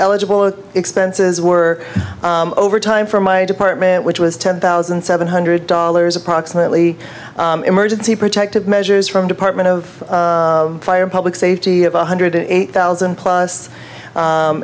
eligible expenses were overtime for my department which was ten thousand seven hundred dollars approximately emergency protective measures from department of fire public safety of one hundred eight thousand plus